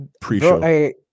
pre-show